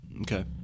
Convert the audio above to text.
Okay